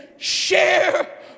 Share